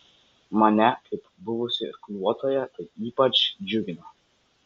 mane kaip buvusį irkluotoją tai ypač džiugina